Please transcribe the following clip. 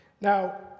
Now